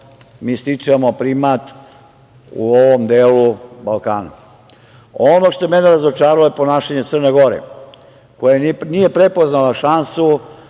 mi stičemo primat u ovom delu Balkana. Ono što je mene razočaralo je ponašanje Crne Gore, koja nije prepoznala šansu,